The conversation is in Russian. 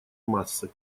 массы